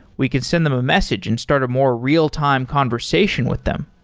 we could send them a message and start a more real-time conversation with them.